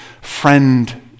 friend